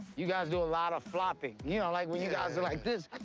you guys do a lot of flopping. you know, like, when you guys are like this.